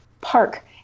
park